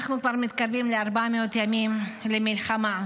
אנחנו כבר מתקרבים ל-400 ימים למלחמה,